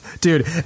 Dude